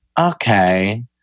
okay